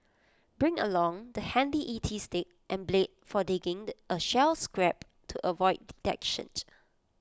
bring along the handy E T stick and blade for digging A shell scrape to avoid detection